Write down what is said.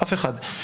אף אחד.